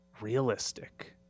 realistic